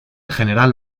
general